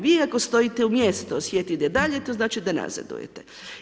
Vi ako stojite u mjestu, osjetite dalje, to znači da nazadujete.